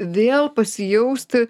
vėl pasijausti